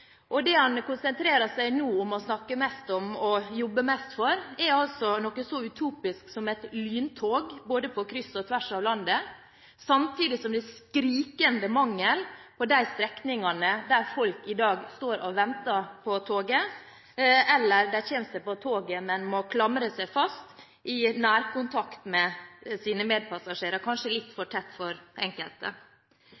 mest for, er noe så utopisk som et lyntog på kryss og tvers av landet, samtidig som det er skrikende mangel på de strekningene der folk i dag står og venter på toget, eller de kommer seg på toget, men må klamre seg fast, i nærkontakt med sine medpassasjerer – kanskje litt for